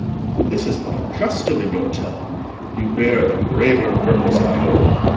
this is but a custom in your tongue you bear a graver purpose, i hope.